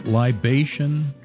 Libation